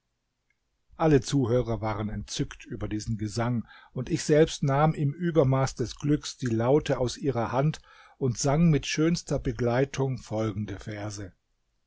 alle zuhörer waren entzückt über diesen gesang und ich selbst nahm im übermaß des glücks die laute aus ihrer hand und sang mit schönster begleitung folgende verse